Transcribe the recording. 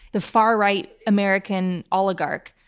the far-right american oligarch,